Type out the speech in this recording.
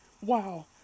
wow